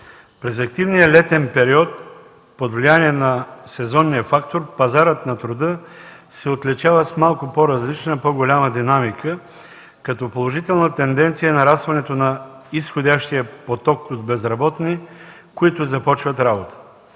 През активния летен период под влияние на сезонния фактор пазарът на труда се отличава с малко по-различна, по-голяма динамика, като положителна тенденция е нарастването на изходящия поток от безработни, които започват работа.